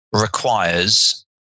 requires